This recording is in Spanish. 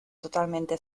totalmente